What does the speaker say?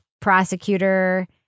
prosecutor